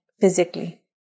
physically